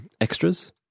Extras